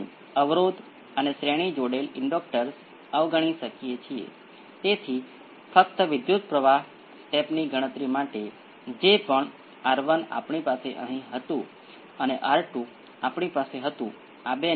કારણ કે સિસ્ટમમાં ચોક્કસ નેચરલ ફ્રિક્વન્સી હોય છે જો તે તેના દ્વારા ચલાવવામાં આવે તો તે નેચરલ રિસ્પોન્સ પર હોય છે તો ગુણાકાર પરિબળના વલણો સમય સાથે ઓછા થાય છે